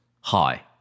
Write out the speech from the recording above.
Hi